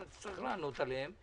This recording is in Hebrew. ותצטרך לענות עליהן.